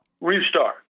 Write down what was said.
restart